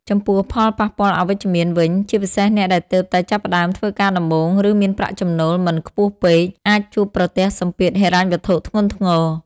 ចំពោះ ផលប៉ះពាល់អវិជ្ជមានវិញ ជាពិសេសអ្នកដែលទើបតែចាប់ផ្ដើមធ្វើការដំបូង ឬមានប្រាក់ចំណូលមិនខ្ពស់ពេក អាចជួបប្រទះសម្ពាធហិរញ្ញវត្ថុធ្ងន់ធ្ងរ។